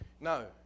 No